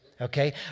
Okay